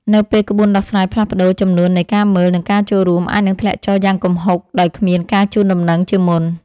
នៅពេលក្បួនដោះស្រាយផ្លាស់ប្តូរ ចំនួននៃការមើល និងការចូលរួម អាចនឹងធ្លាក់ចុះយ៉ាងគំហុកដោយគ្មានការជូនដំណឹងជាមុន។